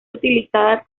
utilizada